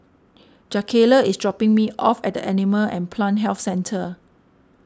Jakayla is dropping me off at the Animal and Plant Health Centre